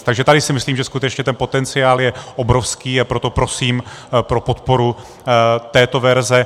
Takže tady si myslím, že skutečně ten potenciál je obrovský, a proto prosím o podporu této verze.